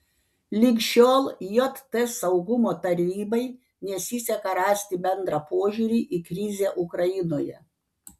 lig šiol jt saugumo tarybai nesiseka rasti bendrą požiūrį į krizę ukrainoje